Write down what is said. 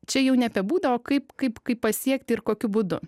čia jau ne apie būdą o kaip kaip kaip pasiekti ir kokiu būdu